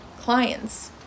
clients